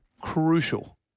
Crucial